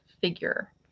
figure